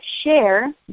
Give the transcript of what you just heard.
share